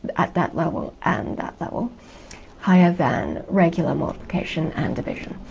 at that level and that level. higher than regular multiplication and division.